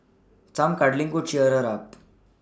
some cuddling could cheer her up